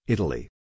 Italy